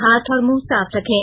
हाथ और मुंह साफ रखें